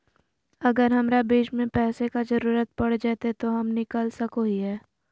अगर हमरा बीच में पैसे का जरूरत पड़ जयते तो हम निकल सको हीये